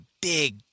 big